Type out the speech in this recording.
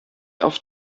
auf